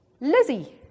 Lizzie